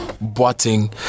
Boating